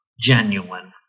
genuine